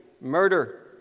murder